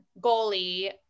goalie